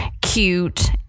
cute